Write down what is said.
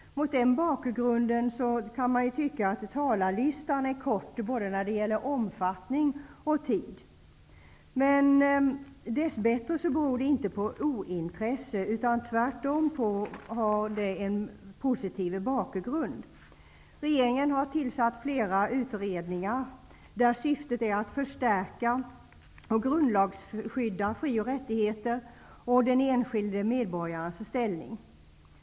Mot den bakgrunden kan man tycka att talarlistan är kort, både när det gäller omfattning och tid. Men dess bättre beror det inte på ointresse, utan det har tvärtom en positiv bakgrund. Regeringen har tillsatt flera utredningar där syftet är att förstärka och grundlagsskydda fri och rättigheter och den enskilde medborgarens ställning.